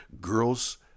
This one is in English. Girls